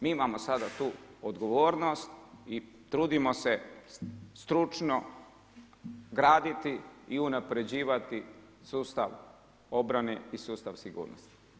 Mi imamo sada tu odgovornost i trudimo se stručno graditi i unaprjeđivati sustav obrane i sustav sigurnosti.